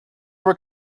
were